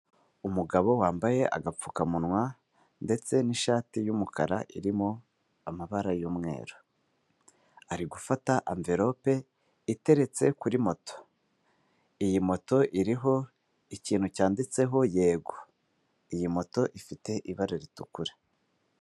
Umugabo wambaye agapfukamunwa ndetse n'ishati y'umukara irimo amabara y'umweru. Ari gufata anverope iteretse kuri moto. Iyi moto iriho ikintu cyanditseho yego. iyi moto ifite ibara ritukura.